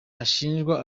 ashinjwa